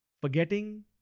forgetting